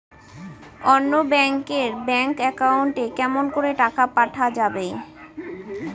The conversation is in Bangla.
অন্য ব্যাংক এর ব্যাংক একাউন্ট এ কেমন করে টাকা পাঠা যাবে?